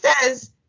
says